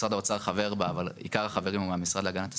משרד האוצר חבר בה אבל עיקר החברים הם מהמשרד להגנת הסביבה,